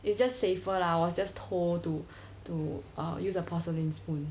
it's just safer lah I was just told to to err use a porcelain spoon